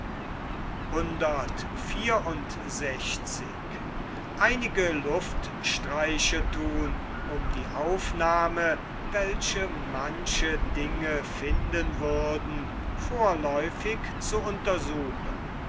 um die aufnahme welche manche dinge finden würden vorläufig zu untersuchen